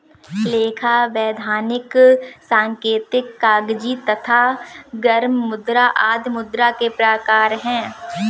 लेखा, वैधानिक, सांकेतिक, कागजी तथा गर्म मुद्रा आदि मुद्रा के प्रकार हैं